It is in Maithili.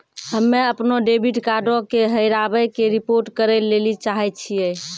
हम्मे अपनो डेबिट कार्डो के हेराबै के रिपोर्ट करै लेली चाहै छियै